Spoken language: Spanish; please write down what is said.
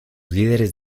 líderes